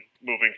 moving